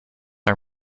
are